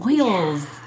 oils